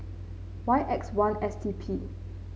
Y X one S T P